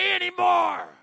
anymore